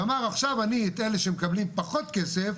שאמר עכשיו אני אתן לאלה שמקבלים פחות כסף,